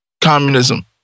communism